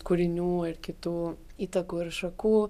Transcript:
kūrinių ir kitų įtakų ir šakų